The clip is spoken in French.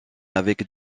avec